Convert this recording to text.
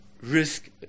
risk